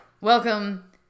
Welcome